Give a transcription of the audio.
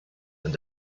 and